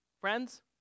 Friends